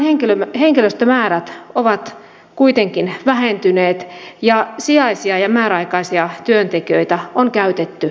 kelan henkilöstömäärät ovat kuitenkin vähentyneet ja sijaisia ja määräaikaisia työntekijöitä on käytetty vähän